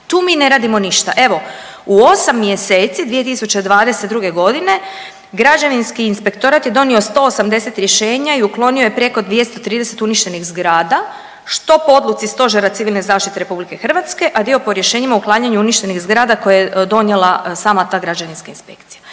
tu mi ne radimo ništa. Evo u 8 mjeseci 2022. godine građevinski inspektorat je donio 180 rješenja i uklonio je preko 230 uništenih zgrada što po odluci Stožera civilne zaštite Republike Hrvatske, a dio po rješenjima o uklanjanju uništenih zgrada koje je donijela sama ta građevinska inspekcija.